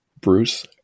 Bruce